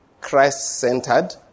Christ-centered